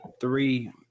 three